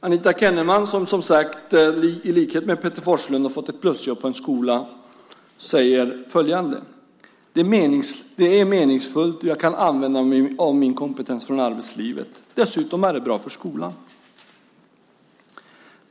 Anita Kenneman som, som sagt, i likhet med Peter Forslund har fått ett plusjobb på en skola säger följande: Det är meningsfullt, och jag kan använda mig av min kompetens från arbetslivet. Dessutom är det bra för skolan.